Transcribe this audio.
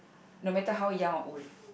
no matter how young or old